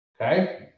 Okay